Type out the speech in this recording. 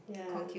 ya